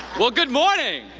well, good morning!